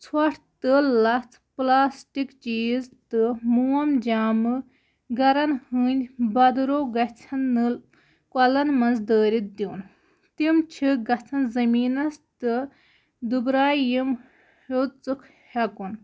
ژھۄٹھ تہٕ لَژھ پٕلاسٹِک چیٖز تہٕ موم جامہٕ گَرَن ہٕنٛدۍ بَدرو گژھن نہٕ کۄلَن منٛز دٲرِتھ دیُن تِم چھِ گژھن زٔمیٖنَس تہٕ دُبراے یِم ہیوٚژُکھ ہیٚکُن